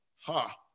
ha